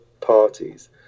parties